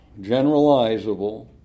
generalizable